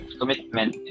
commitment